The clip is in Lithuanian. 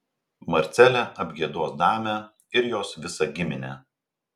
marcelė apgiedos damę ir visą jos giminę